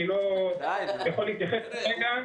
אני לא יכול להתייחס כרגע.